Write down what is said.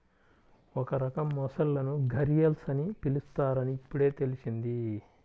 ఒక రకం మొసళ్ళను ఘరియల్స్ అని పిలుస్తారని ఇప్పుడే తెల్సింది